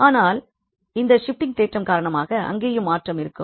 ஆனால் இந்த ஷிப்ட்டிங் தேற்றம் காரணமாக அங்கேயும் மாற்றம் இருக்கும்